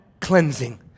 cleansing